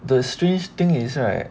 the strange thing is right